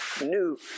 new